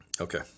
Okay